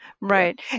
Right